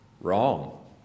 wrong